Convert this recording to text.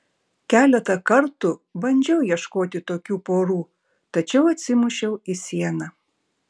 keletą kartų bandžiau ieškoti tokių porų tačiau atsimušiau į sieną